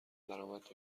درآمد